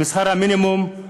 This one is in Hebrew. משכר המינימום.